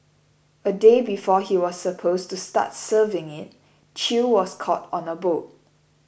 a day before he was supposed to start serving it Chew was caught on a boat